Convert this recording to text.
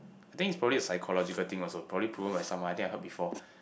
I think is probably a psychological thing also probably proven by someone I think I heard before